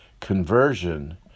conversion